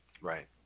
Right